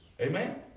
amen